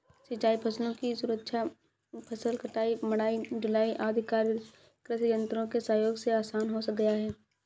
सिंचाई फसलों की सुरक्षा, फसल कटाई, मढ़ाई, ढुलाई आदि कार्य कृषि यन्त्रों के सहयोग से आसान हो गया है